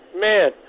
man